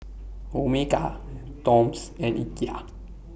Omega Toms and Ikea